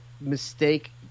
mistake